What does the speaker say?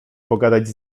pogadać